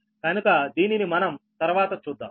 కనుక దీనిని మనం తర్వాత చూద్దాం